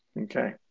Okay